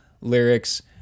lyrics